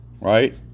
right